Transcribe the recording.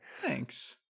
Thanks